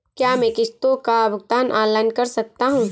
क्या मैं किश्तों का भुगतान ऑनलाइन कर सकता हूँ?